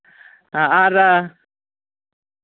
ᱟᱨ